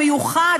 המיוחד,